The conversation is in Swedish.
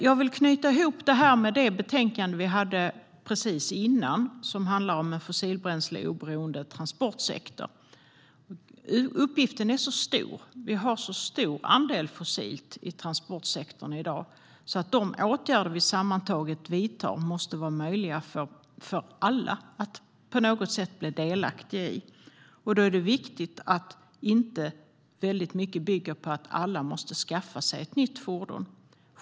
Jag vill knyta ihop detta med det betänkande vi debatterade nyss, som handlade om en fossilbränsleoberoende transportsektor. Uppgiften är så stor - vi har så stor andel fossilt i transportsektorn i dag - att de åtgärder vi sammantaget vidtar måste vara möjliga för alla att på något sätt bli delaktiga i. Då är det viktigt att inte väldigt mycket bygger på att alla måste skaffa sig ett nytt fordon.